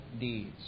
deeds